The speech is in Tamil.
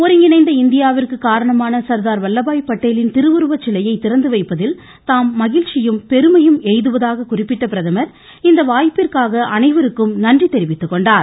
ஒருங்கிணைந்த இந்தியாவிற்கு காரணமான சர்தார் வல்லபாய் பட்டேலின் திருவுருவச்சிலையை திறந்துவைப்பதில் தாம் மகிழ்ச்சியும் பெருமையும் எய்துவதாக குறிப்பிட்ட பிரதமர் இந்த வாய்ப்பிற்காக அனைவருக்கும் நன்றி தெரிவித்துக்கொண்டார்